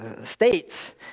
States